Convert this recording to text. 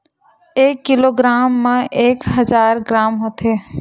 एक किलोग्राम मा एक हजार ग्राम होथे